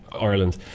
Ireland